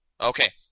Okay